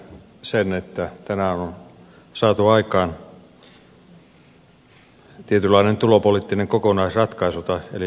aluksi haluan todeta tyytyväisenä sen että tänään on saatu aikaan tietynlainen tulopoliittinen kokonaisratkaisu eli raamisopimus